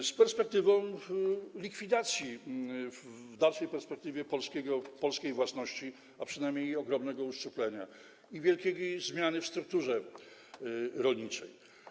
Jest perspektywa likwidacji, w dalszej perspektywie polskiej własności, a przynajmniej ogromnego uszczuplenia i wielkiej zmiany w strukturze rolniczej.